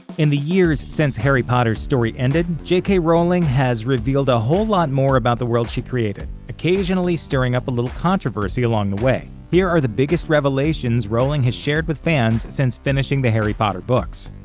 in the years since harry potter's story ended, j k. rowling has revealed a whole lot more about the world she created, occasionally stirring up a little controversy along the way. here are the biggest revelations rowling has shared with fans since finishing the harry potter books.